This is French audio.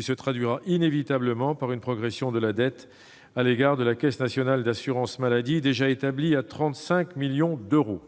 Cela aboutira inévitablement à une progression de la dette à l'égard de la Caisse nationale d'assurance maladie, déjà établie à 35 millions d'euros.